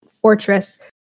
fortress